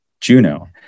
Juno